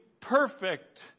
perfect